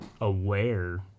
aware